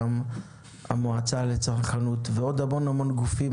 המועצה לצרכנות ועוד המון גופים.